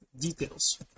details